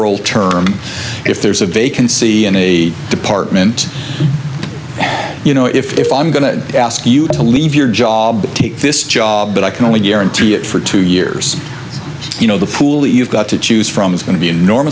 oral term if there's a vacancy in a department you know if i'm going to ask you to leave your job take this job but i can only guarantee it for two years you know the pool that you've got to choose from is going to be